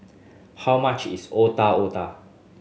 how much is Otak Otak